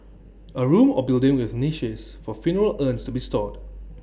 A room or building with niches for funeral urns to be stored